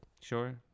Sure